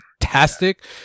fantastic